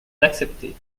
l’accepter